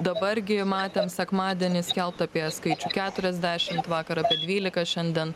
dabar gi matėm sekmadienį skelbta apie skaičių keturiasdešimt vakar apie dvylika šiandien